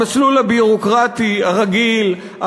המסלול הביורוקרטי הרגיל,